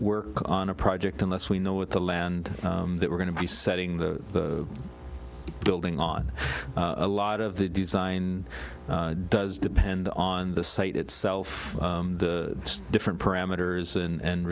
work on a project unless we know what the land that we're going to be setting the building on a lot of the design does depend on the site itself the different parameters and